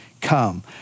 come